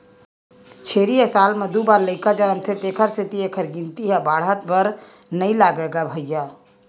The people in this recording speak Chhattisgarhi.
छेरी ह साल म दू बार लइका जनमथे तेखर सेती एखर गिनती ह बाड़हत बेरा नइ लागय गा भइया